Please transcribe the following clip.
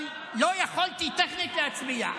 אבל לא יכולתי טכנית להצביע.